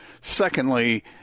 secondly